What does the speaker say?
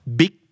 big